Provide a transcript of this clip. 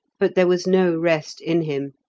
but there was no rest in him.